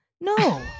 no